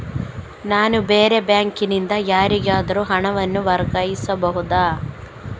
ನಾನು ಬೇರೆ ಬ್ಯಾಂಕ್ ನಿಂದ ಯಾರಿಗಾದರೂ ಹಣವನ್ನು ವರ್ಗಾಯಿಸಬಹುದ?